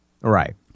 Right